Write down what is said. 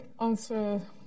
answer